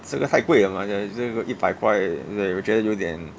这个太贵了 mah 一百块我觉得有一点